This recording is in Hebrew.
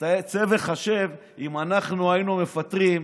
צא וחשב: אם אנחנו היינו מפטרים,